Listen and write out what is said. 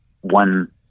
one